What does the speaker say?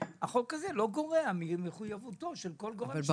הזה לא גורע מכל מחויבות של כל גורם שלישי.